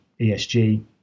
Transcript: ESG